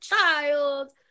child